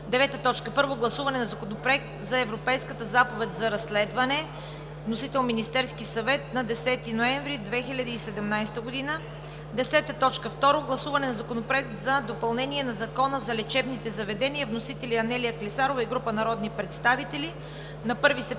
2017 г. 9. Първо гласуване на Законопроекта за Европейската заповед за разследване. Вносител е Министерският съвет на 10 ноември 2017 г. 10. Второ гласуване на Законопроекта за допълнение на Закона за лечебните заведения. Вносители са Анелия Клисарова и група народни представители на 1 септември